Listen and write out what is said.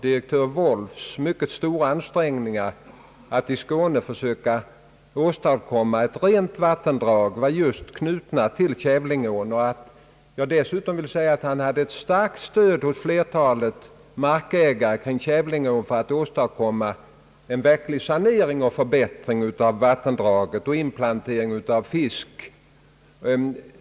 Direktör Wolffs mycket stora ansträngningar att i Skåne åstadkomma ett rent vattendrag var knutna just till Kävlingeån. Jag vill tillägga att han hade ett starkt stöd hos flertalet markägare kring Kävlingeån när det gällde att åstadkomma en verklig sanering och förbättring av vattendraget och företa inplantering av fisk.